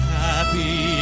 happy